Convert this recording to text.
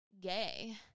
gay